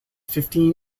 fifteen